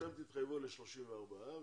אתם תתחייבו ל-34,